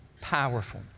powerful